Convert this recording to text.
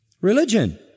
Religion